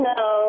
no